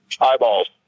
Eyeballs